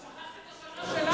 את שכחת את השנה שלך.